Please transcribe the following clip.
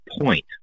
point